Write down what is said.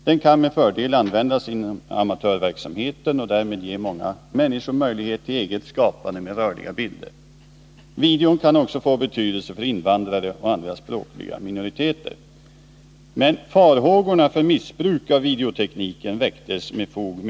Den kan med fördel användas inom amatörverksamheten och därmed ge många människor möjlighet till eget skapande med rörliga bilder. Video kan också få betydelse för invandrare och andra språkliga minoriteter. Men farhågorna för missbruk av videotekniken väcktes tidigt.